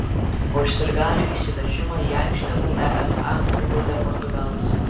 už sirgalių įsiveržimą į aikštę uefa nubaudė portugalus